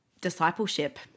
discipleship